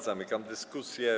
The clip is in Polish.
Zamykam dyskusję.